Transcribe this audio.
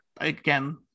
Again